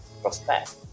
prospect